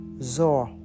Zor